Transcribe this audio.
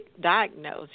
diagnosed